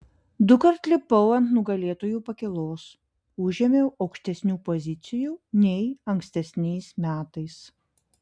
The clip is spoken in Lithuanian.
dukart lipau ant nugalėtojų pakylos užėmiau aukštesnių pozicijų nei ankstesniais metais